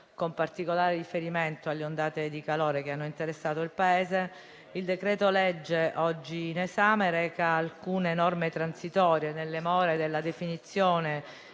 con particolare riferimento alle ondate di calore che hanno interessato il Paese, il decreto-legge oggi in esame reca alcune norme transitorie nelle more della definizione